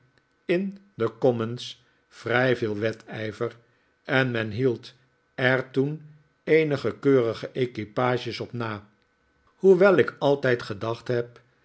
in de commons vrij veel wedijver en men hield er toen eenige keurige equipages op na hoewel ik altijd gedacht heb